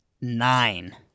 Nine